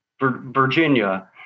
Virginia